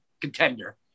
contender